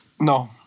No